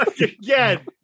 again